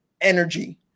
energy